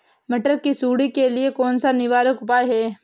मटर की सुंडी के लिए कौन सा निवारक उपाय है?